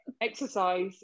exercise